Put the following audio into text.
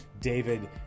David